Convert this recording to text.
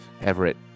Everett